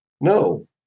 No